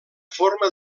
forma